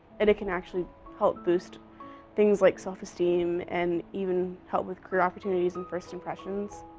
and it can actually help boost things like self-esteem, and even help with career opportunities and first impressions.